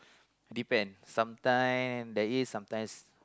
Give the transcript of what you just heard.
depends sometimes there is sometimes